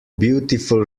beautiful